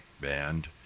band